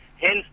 hence